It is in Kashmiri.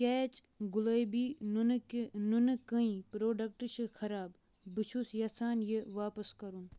کیچ گۄلٲبۍ نُنہٕ نُنہٕ کٔنۍ پروڈکٹ چھ خراب، بہٕ چھُس یژھان یہِ واپس کرُن